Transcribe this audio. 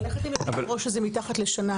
אבל, איך אתם יודעים מראש שזה מתחת לשנה.